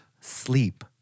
sleep